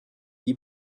die